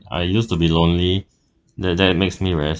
I used to be lonely that that makes me very